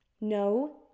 No